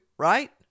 right